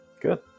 Good